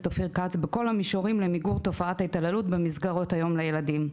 אופיר כץ בכל המישורים למיגור תופעת ההתעללות במסגרות היום לילדים.